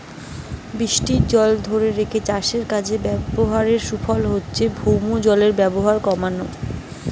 বৃষ্টির জল ধোরে রেখে চাষের কাজে ব্যাভারের সুফল হচ্ছে ভৌমজলের ব্যাভার কোমানা